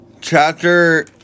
chapter